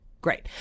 Great